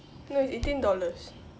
no it's eighteen dollars